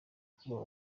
kuba